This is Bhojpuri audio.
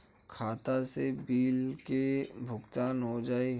खाता से बिल के भुगतान हो जाई?